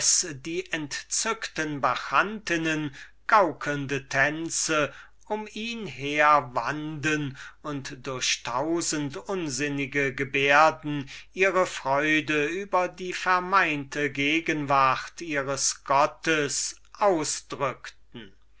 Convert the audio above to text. die entzückten bacchantinnen gaukelnde tänze um ihn her machten und durch tausend unsinnige gebärden ihre freude über die vermeinte gegenwart ihres gottes ausdrückten